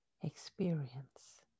experience